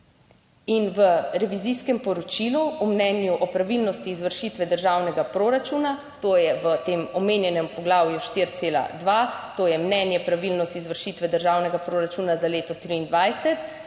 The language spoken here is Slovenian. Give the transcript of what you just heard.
In v revizijskem poročilu v mnenju o pravilnosti izvršitve državnega proračuna, to je v tem omenjenem poglavju, 4,2 to je mnenje pravilnosti izvršitve državnega proračuna za leto 2023: